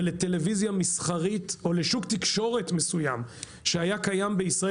ולטלוויזיה מסחרית או לשוק תקשורת מסוים שהיה קיים בישראל,